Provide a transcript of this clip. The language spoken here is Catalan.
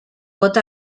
pot